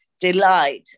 delight